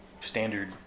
standard